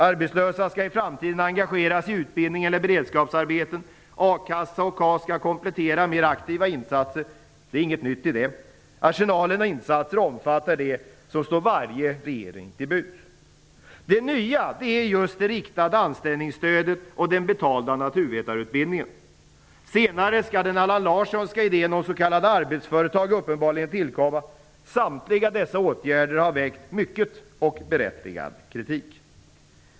Arbetslösa skall i framtiden engageras i utbildning eller beredskapsarbeten. A-kassa och KAS skall komplettera mer aktiva insatser. Det är inget nytt i det. Arsenalen av insatser omfattar det som står varje regering till buds. Det nya är just det riktade anställningsstödet och den betalda naturvetarutbildningen. Senare skall Allan Larssonska idén om s.k. arbetsföretag uppenbarligen tillkomma. Samtliga dessa åtgärder har väckt mycken, och berättigad, kritik.